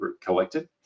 collected